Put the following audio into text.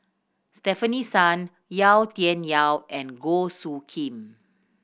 Stefanie Sun Yau Tian Yau and Goh Soo Khim